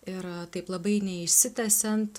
ir taip labai neišsitęsiant